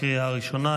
לקריאה הראשונה.